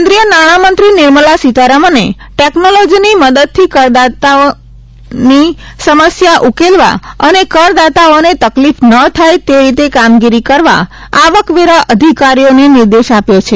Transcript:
કેન્દ્રિય નાણામંત્રી નિર્મલા સીતારમને ટેકનોલોજીની મદદથી કરદારાઓની સમસ્યા ઉકેલવા તથા કરદાતાઓને તકલીફ ન થાય તે રીતે કામગીરી કરવા આવકવેરા અધિકારીઓને નિર્દેશ આપ્યો છે